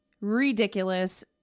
ridiculous